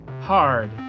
hard